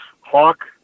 Hawk